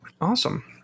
Awesome